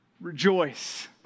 Rejoice